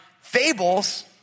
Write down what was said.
fables